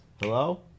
Hello